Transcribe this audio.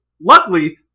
Luckily